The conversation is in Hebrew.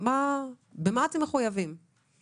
מה שאומר שכל שנה הם מפקידים ערבות ובכל שנה אנחנו